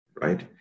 right